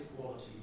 quality